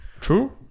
true